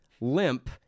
limp